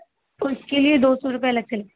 اس کے لیے دو سو روپئے الگ سے